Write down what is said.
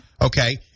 Okay